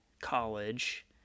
college